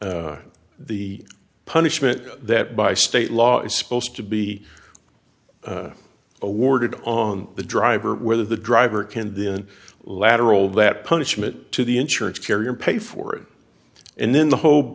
r the punishment that by state law is supposed to be awarded on the driver where the driver can then lateral that punishment to the insurance carrier pay for it and then the ho